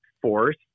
force